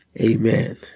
amen